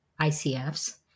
ICFs